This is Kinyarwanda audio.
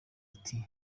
ati